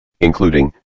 including